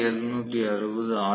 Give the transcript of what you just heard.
1760 R